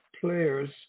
players